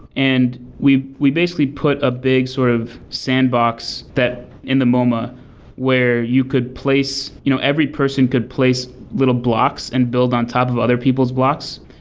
and we we basically put a big sort of sandbox in the moma where you could place you know every person could place little blocks and build on top of other people's blocks.